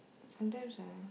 sometimes ah